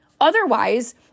Otherwise